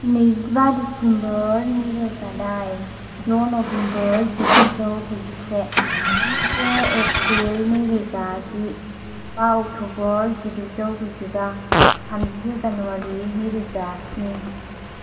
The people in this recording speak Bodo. नैजिबा दिसेम्बर नै रोजा दाइन द' नबेम्बर जिगुजौ गुजिसे से एप्रिल नै रोजा जि बा अक्ट'बर जिगुजौ गुजिबा थामजि जानुवारी नै रोजा स्नि